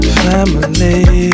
family